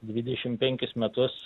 dvidešim penkis metus